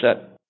set